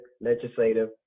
legislative